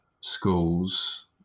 schools